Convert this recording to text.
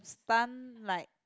pump like